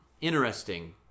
Interesting